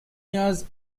years